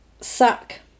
sack